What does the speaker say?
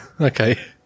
Okay